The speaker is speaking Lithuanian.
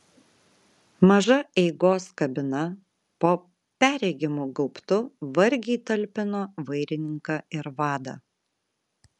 maža eigos kabina po perregimu gaubtu vargiai talpino vairininką ir vadą